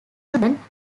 student